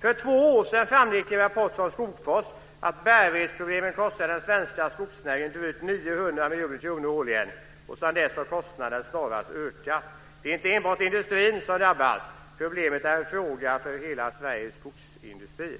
För två år sedan framgick i en rapport från Skogforsk att bärighetsproblemet kostade den svenska skogsnäringen drygt 900 miljoner kronor årligen. Sedan dess har kostnaden snarast ökat. Det är inte enbart industrin som drabbas, problemet berör hela Sveriges skogsindustri.